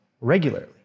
regularly